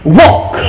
walk